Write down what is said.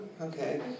Okay